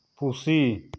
ᱯᱩᱥᱤ